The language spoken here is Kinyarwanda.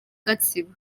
gatsibo